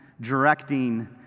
directing